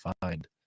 find